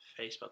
Facebook